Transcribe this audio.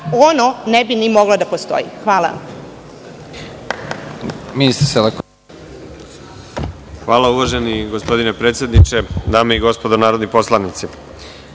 ono ne bi ni moglo da postoji. Hvala.